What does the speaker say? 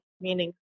meaning